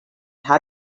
how